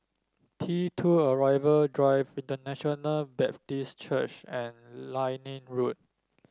T two Arrival Drive International Baptist Church and Liane Road